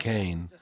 Kane